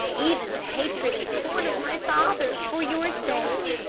even the hatred and scorn of my father, for your sake.